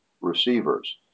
receivers